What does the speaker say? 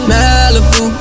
Malibu